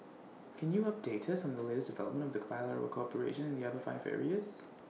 can you update us on the latest development of the bilateral cooperation in the other five areas